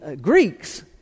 Greeks